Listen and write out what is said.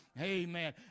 Amen